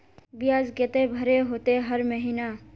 बियाज केते भरे होते हर महीना?